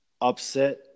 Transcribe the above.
upset